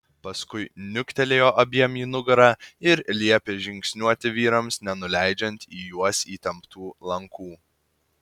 paskui niuktelėjo abiem į nugarą ir liepė žingsniuoti vyrams nenuleidžiant į juos įtemptų lankų